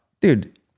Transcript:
dude